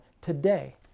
today